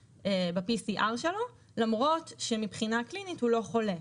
ב-PCR שלו למרות שמבחינה קלינית הוא לא חולה,